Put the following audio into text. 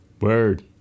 Word